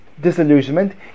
disillusionment